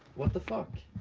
what the fuck?